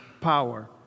power